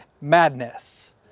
Madness